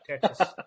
Texas